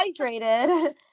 hydrated